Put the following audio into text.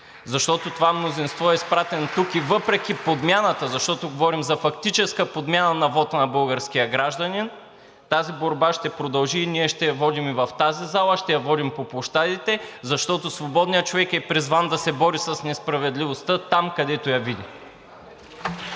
защото това мнозинство е изпратено тук и въпреки подмяната, защото говорим за фактическа подмяна на вота на българския гражданин, тази борба ще продължи и ние ще я водим и в тази зала, ще я водим по площадите, защото свободният човек е призван да се бори с несправедливостта там, където я види.